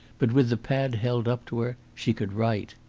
but with the pad held up to her she could write.